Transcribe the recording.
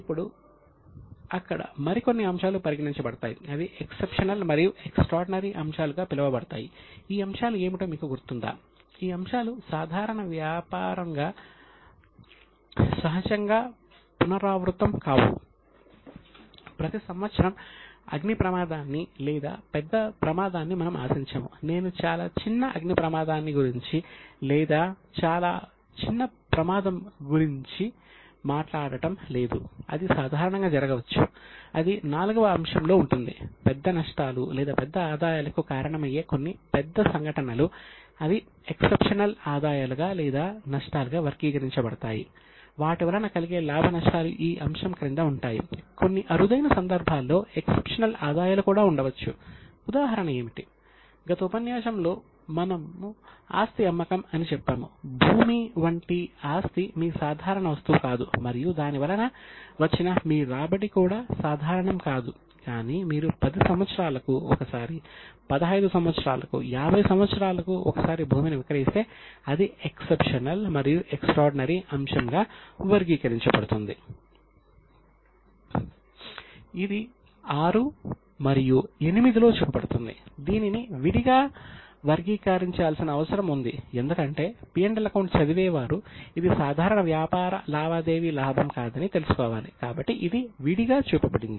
ఇప్పుడు III వ అంశం నుంచి IV వ అంశాన్ని తీసివేస్తే మీకు లాభం వస్తుంది